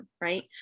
right